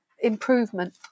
improvement